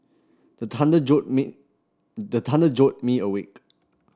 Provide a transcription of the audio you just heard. the thunder jolt me the thunder jolt me awake